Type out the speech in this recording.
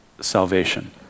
salvation